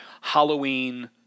Halloween